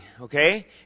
okay